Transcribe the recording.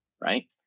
Right